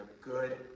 good